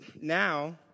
now